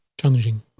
challenging